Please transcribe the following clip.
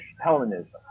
Hellenism